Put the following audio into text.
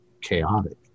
chaotic